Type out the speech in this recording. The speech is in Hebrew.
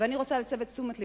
אני רוצה להסב את תשומת לבכם,